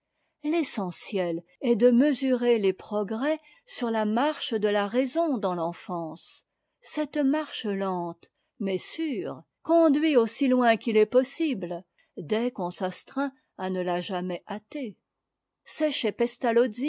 l'essentiel est de mesurer les progrès sur la marche de la raison dans l'enfance cette marche tente mais sûre conduit aussi loin qu'il est possible des qu'on s'astreint à ne la jamais hâter c'est